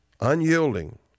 unyielding